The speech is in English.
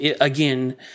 again